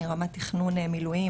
אני רמ"ד תכנון מילואים,